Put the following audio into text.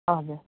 हजुर